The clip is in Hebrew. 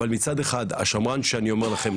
אבל מצד אחד השמרן שאני אומר לכם,